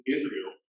Israel